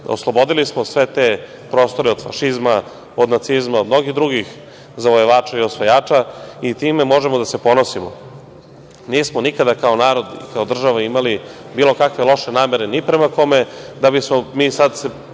Oslobodili smo sve te prostore od fašizma, od nacizma, od mnogih drugih zavojevača i osvajača i time možemo da se ponosimo. Nismo nikada kao narod i kao država imali bilo kakve loše namere ni prema kome, da bismo mi sad krili